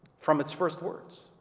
from its first words,